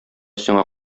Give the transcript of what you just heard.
сиңа